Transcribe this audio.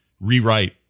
rewrite